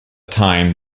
time